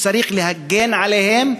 וצריך להגן עליהם.